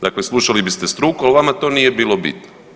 Dakle, slušali biste struku, ali vama to nije bilo bitno.